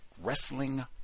wrestling